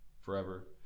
Forever